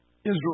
Israel